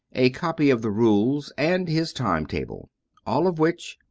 a copy of the rules and his time-table all of which,